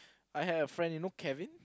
I had a friend you know Kevin